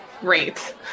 Great